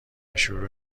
شروع